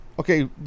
Okay